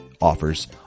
offers